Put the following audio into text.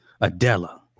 Adela